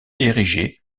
érigée